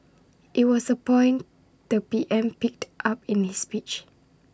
IT was A point the P M picked up in his speech